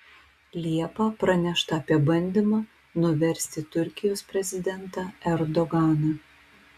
liepą pranešta apie bandymą nuversti turkijos prezidentą erdoganą